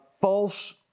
false